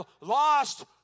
lost